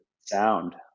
sound